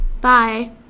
Bye